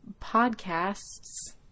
podcasts